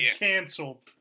canceled